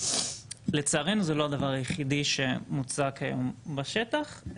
לצערנו זה לא הדבר היחידי שמוצע כיום בשטח.